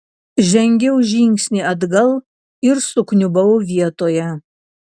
žengiau žingsnį atgal ir sukniubau vietoje